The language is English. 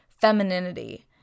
femininity